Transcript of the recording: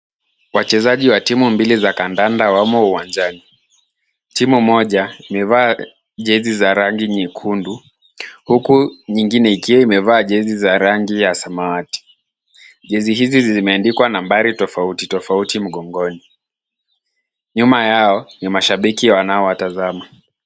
Wachezaji wa timu mbili za kandanda wamo uwanjani, timu moja, imevaa jezi za rangi nyekundu, huku nyingine ikiwa umevaa jezi za samawati. Jezi hizi zimeandikwa nambari tofautitofauti mgongoni. Nyuma yao ni mashabiki wanao watazama.